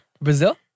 Brazil